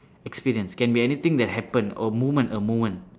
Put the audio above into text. experience can be anything that happened a moment a moment